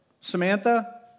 Samantha